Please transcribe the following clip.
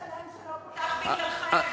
יש שדה שלם שלא פותח בגללכם,